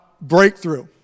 breakthrough